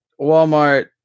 Walmart